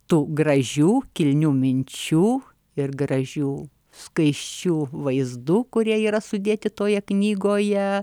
tų gražių kilnių minčių ir gražių skaisčių vaizdų kurie yra sudėti toje knygoje